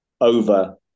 over